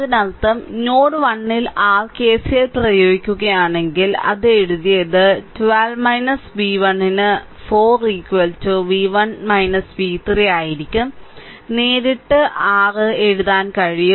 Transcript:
അതിനർത്ഥം നോഡ് 1 ൽ r KCL പ്രയോഗിക്കുകയാണെങ്കിൽ അത് എഴുതിയത് 12 v1 ന് 4 v1 v3 ആയിരിക്കും നേരിട്ട് 6 നകം എഴുതാൻ കഴിയും